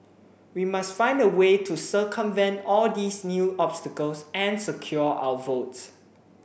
we must find a way to circumvent all these new obstacles and secure our votes